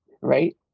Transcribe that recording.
right